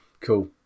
Cool